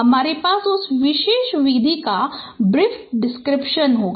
हमारे पास उस विशेष विधि का ब्रीफ डिस्क्रिप्शन होगा